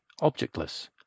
objectless